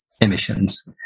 emissions